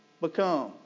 become